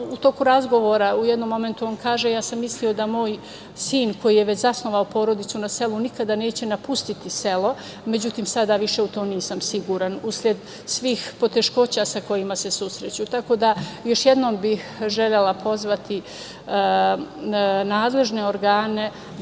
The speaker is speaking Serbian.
U toku razgovora u jednom momentu on kaže: „Ja sam mislio da moj sin koji je već zasnovao porodicu na selu nikada neće napustiti selo, međutim sada više u to nisam siguran, usled svih poteškoća sa kojima se susreću“.Tako da još jednom bih želela pozvati nadležne organe